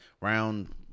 round